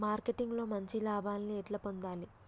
Marketing లో మంచి లాభాల్ని ఎట్లా పొందాలి?